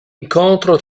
incontro